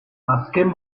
azken